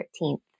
13th